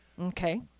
Okay